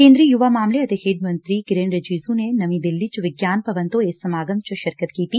ਕੇਂਦਰੀ ਯੁਵਾ ਮਾਮਲੇ ਅਤੇ ਖੇਡ ਮੰਤਰੀ ਕਿਰੇਨ ਰਿਜੀਜੁ ਨੇ ਨਵੀਂ ਦਿੱਲੀ ਚ ਵਿਗਿਆਨ ਭਵਨ ਤੋਂ ਇਸ ਸਮਾਗਮ ਚ ਸ਼ਿਰਕਤ ਕੀਤੀ